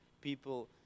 people